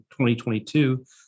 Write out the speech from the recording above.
2022